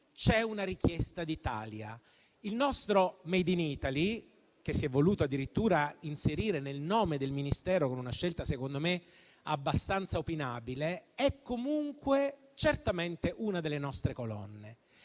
c'è una richiesta di Italia. Il nostro *made in Italy*, che si è voluto addirittura inserire nel nome del Ministero con una scelta, secondo me, abbastanza opinabile, è comunque certamente una delle nostre colonne.